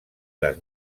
les